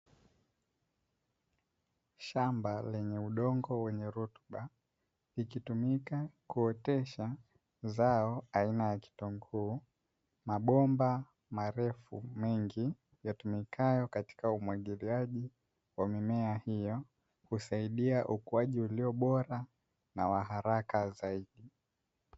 Shamba lenye udongo wenye rutuba likitumika kuotesha zao aina ya kitunguu; mabomba marefu mengi yatumikayo katika umwagiliaji wa mimea hiyo husaidia ukuaji ulio bora na wa haraka zaidi.